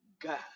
God